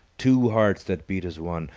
two hearts that beat as one,